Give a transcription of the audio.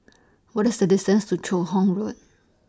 What IS The distance to Joo Hong Road